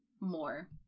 more